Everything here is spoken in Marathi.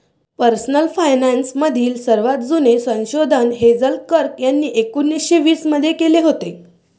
पर्सनल फायनान्स मधील सर्वात जुने संशोधन हेझेल कर्क यांनी एकोन्निस्से वीस मध्ये केले होते